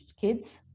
kids